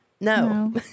No